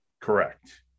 Correct